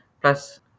Plus